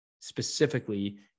specifically